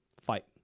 fight